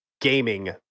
gaming